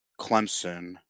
Clemson